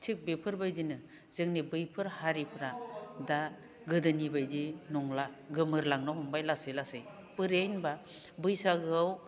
थिक बेफोरबायदिनो जोंनि बैफोर हारिफोरा दा गोदोनि बायदि नंला गोमोरलांनो हमबाय लासै लासै बोरैहाय होनबा बैसागोआव